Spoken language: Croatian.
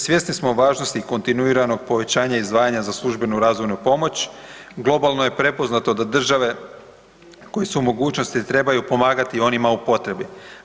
Svjesni smo važnosti kontinuiranog povećanja izdvajanja za službenu razvojnu pomoć, globalno je prepoznato da države koje su u mogućnosti, trebaju pomagati onima u potrebi.